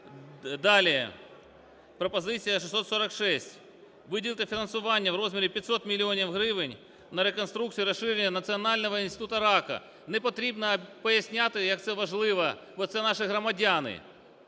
Далі пропозиція 646: виділити фінансування в розмірі 500 мільйонів гривень на реконструкцію і розширення Національного інституту раку. Не потрібно пояснювати, як це важливо, бо це наші громадяни.